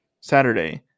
saturday